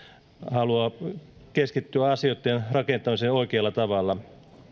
haluaa keskittyä asioitten rakentamiseen oikealla tavalla